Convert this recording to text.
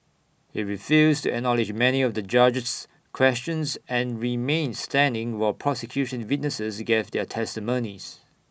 he refused acknowledge many of the judge's questions and remained standing while prosecution witnesses gave their testimonies